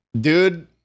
dude